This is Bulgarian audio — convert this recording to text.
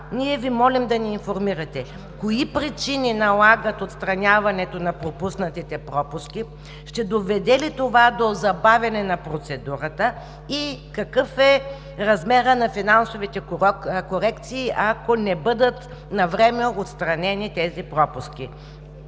ние Ви молим да ни информирате: кои причини налагат отстраняването на пропуснатите пропуски? Ще доведе ли това до забавяне на процедурата? Какъв е размерът на финансовите корекции, ако не бъдат навреме отстранени тези пропуски?